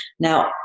Now